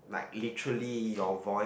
like literally your voice